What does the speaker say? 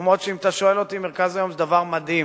למרות שאם אתה שואל אותי, מרכז-יום זה דבר מדהים.